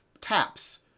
Taps